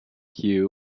hue